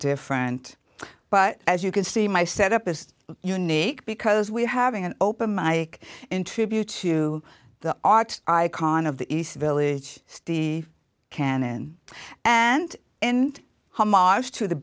different but as you can see my set up is unique because we having an open mike in tribute to the art icon of the east village steve cannane and and hamas to the